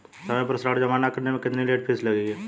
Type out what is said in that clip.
समय पर ऋण जमा न करने पर कितनी लेट फीस लगेगी?